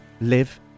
live